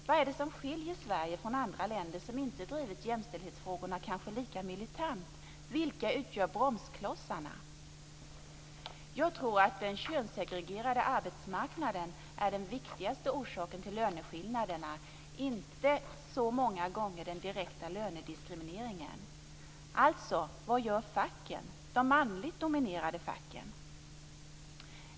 Vad är det som skiljer Sverige från andra länder som inte drivit jämställdhetsfrågorna kanske lika militant? Vilka utgör bromsklossarna? Jag tror att den könssegregerade arbetsmarknaden är den viktigaste orsaken till löneskillnaderna - inte så många gånger den direkta lönediskrimineringen. Alltså: Vad gör facken, de manligt dominerade facken?